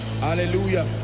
Hallelujah